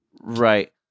right